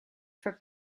for